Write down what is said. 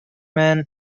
men